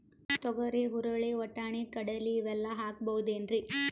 ತೊಗರಿ, ಹುರಳಿ, ವಟ್ಟಣಿ, ಕಡಲಿ ಇವೆಲ್ಲಾ ಹಾಕಬಹುದೇನ್ರಿ?